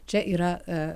čia yra